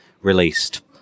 released